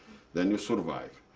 then you survive.